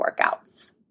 workouts